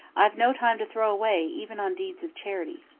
i've no time to throw away even on deeds of charity.